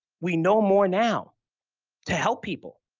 we know more now to help people,